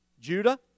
Judah